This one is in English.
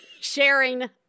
sharing